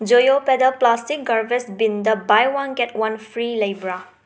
ꯖꯣꯌꯣ pedal plastic garbage ꯕꯤꯟꯗ by one get one free ꯂꯩꯕꯔ